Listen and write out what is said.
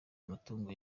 amatungo